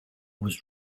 was